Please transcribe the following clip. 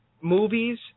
movies